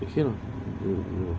if you know